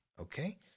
Okay